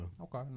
Okay